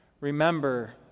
remember